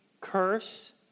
curse